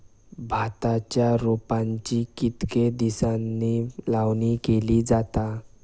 भाताच्या रोपांची कितके दिसांनी लावणी केली जाता?